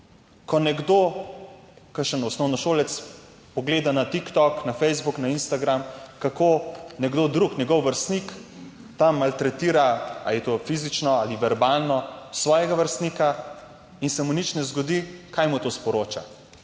Ko nekdo, kakšen osnovnošolec pogleda na TikTok, na Facebook, na Instagram, kako nekdo drug, njegov vrstnik tam maltretira, ali je to fizično ali verbalno, svojega vrstnika in se mu nič ne zgodi, kaj mu to sporoča?